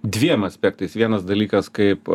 dviem aspektais vienas dalykas kaip